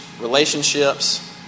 relationships